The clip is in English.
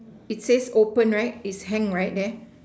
it says open right it's hang right there